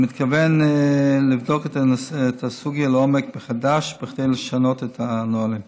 אני מתכוון לבדוק את הסוגיה לעומק מחדש כדי לשנות את הנהלים.